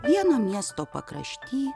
vieno miesto pakrašty